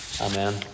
Amen